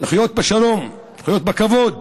לחיות בשלום, לחיות בכבוד,